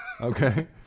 Okay